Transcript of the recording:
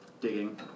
digging